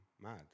mad